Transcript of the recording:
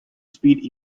speed